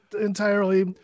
entirely